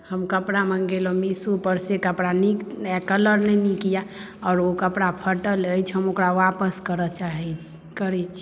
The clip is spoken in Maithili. हम कपड़ा मङ्गेहुँ मीशोपर से कपड़ा नीक नहि कलर नहि नीक यए आओर ओ कपड़ा फटल अछि हम ओकरा वापस करय चाहैत करैत छी